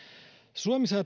suomi saa